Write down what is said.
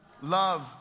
Love